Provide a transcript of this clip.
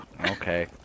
Okay